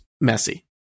messy